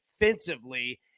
defensively